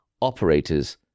Operators